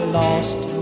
lost